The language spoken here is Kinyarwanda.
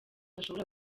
ashobora